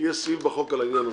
סעיף בחוק על העניין הזה.